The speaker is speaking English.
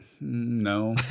no